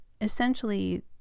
essentially